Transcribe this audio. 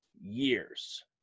years